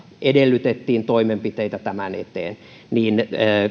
edellyttää toimenpiteitä tämän eteen